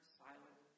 silent